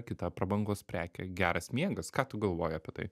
kita prabangos prekė geras miegas ką tu galvoji apie tai